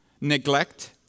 neglect